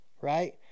right